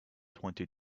twenty